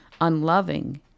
unloving